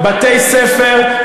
בתי-ספר,